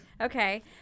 Okay